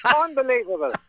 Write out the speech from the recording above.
Unbelievable